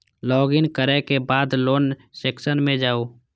log in करै के बाद लोन सेक्शन मे जाउ